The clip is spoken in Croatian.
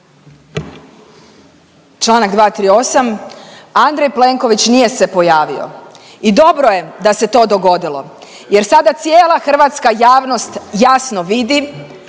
Članak 238. Andrej Plenković nije se pojavi. I dobro je da se to dogodilo, jer sada cijela hrvatska javnost jasno vidi